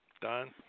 Don